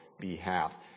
behalf